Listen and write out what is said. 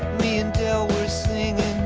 me and del were singin'